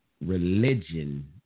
religion